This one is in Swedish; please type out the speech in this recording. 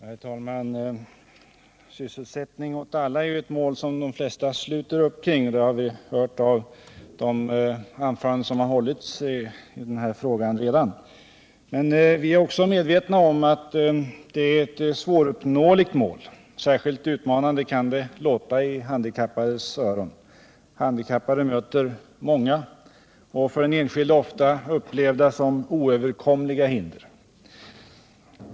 Herr talman! Sysselsättning åt alla är ett mål som de flesta sluter upp kring, det har vi hört av de anföranden som har hållits i den här frågan. Men vi är också medvetna om att det är ett svåruppnåeligt mål. Särskilt utmanande kan det låta i handikappades öron. Handikappade möter många, och för den enskilde ofta upplevda som oöverkomliga, hinder.